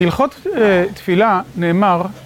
הלכות תפילה נאמר